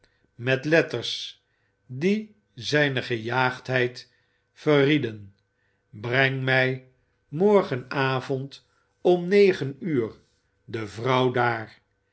met letters die zijne gejaagdheid verrieden breng mij morgenavond om negen uur de vrouw daar